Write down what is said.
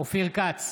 אופיר כץ,